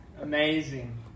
Amazing